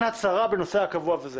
הבעלות בעסק וכן הצהרה בנושא הקבוע וכולי.